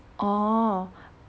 orh